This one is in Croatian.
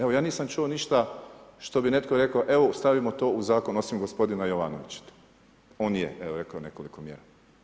Evo, ja nisam čuo ništa, što bi netko rekao, evo, stavimo to u zakon, osim gospodina Jovanovića, on je rekao nekoliko mjera.